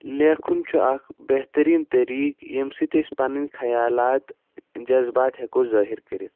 لیکھُن چھِ اَکھ بہتریٖن طریٖق ییٚمہِ سۭتۍ أسۍ پَنٕنۍ خیالات جزبات ہٮ۪کو ظٲہِر کٔرِتھ